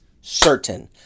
certain